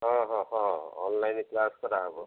ହଁ ହଁ ହଁ ଅନଲାଇନ୍ କ୍ଲାସ୍ କରା ହବ